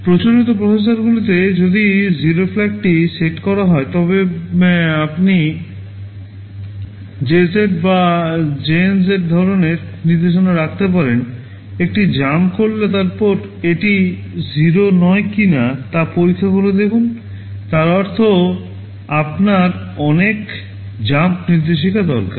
প্রচলিত প্রসেসরগুলিতে যদি 0 flagটি সেট করা থাকে তবে আপনি JZ বা JNZ ধরণের নির্দেশনা রাখতে পারেন একটি জাম্প করলে তারপর এটি 0 নয় কিনা তা পরীক্ষা করে দেখুন তার অর্থ আপনার অনেক জাম্প নির্দেশিকা দরকার